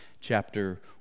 chapter